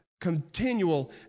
continual